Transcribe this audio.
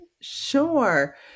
Sure